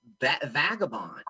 vagabond